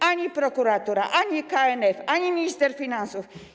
Ani prokuratura, ani KNF, ani minister finansów.